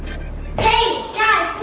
hey guys,